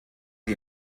die